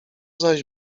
zaś